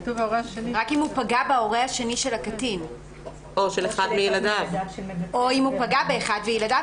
רק אם הוא פגע בהורה השני של הקטין או אם הוא פגע באחד מילדיו,